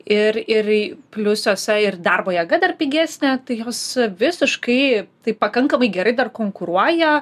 ir ir plius jose ir darbo jėga dar pigesnė tai jos visiškai taip pakankamai gerai dar konkuruoja